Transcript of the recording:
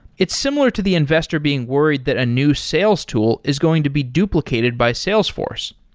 it's similar to the investor being worried that a new sales tool is going to be duplicated by salesforce.